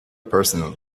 personnel